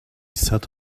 sat